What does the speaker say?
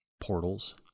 portals